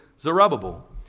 Zerubbabel